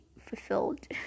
fulfilled